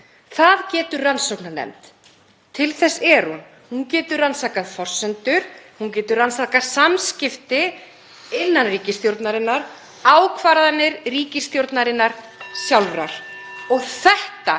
Það getur rannsóknarnefnd gert. Til þess er hún. Hún getur rannsakað forsendur, hún getur rannsakað samskipti innan ríkisstjórnarinnar, ákvarðanir ríkisstjórnarinnar sjálfrar. Og þetta